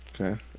Okay